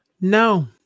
No